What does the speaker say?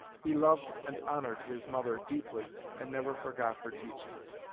he loved and honored his mother deeply and never forgot her teachings.